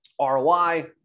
ROI